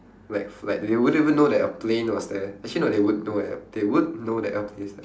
like f~ like they wouldn't even know that a plane was there actually no they would know eh they would know that aeroplane is there